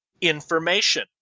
information